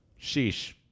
Sheesh